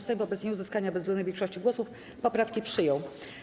Sejm wobec nieuzyskania bezwzględnej większości głosów poprawki przyjął.